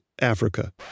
Africa